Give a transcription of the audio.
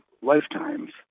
lifetimes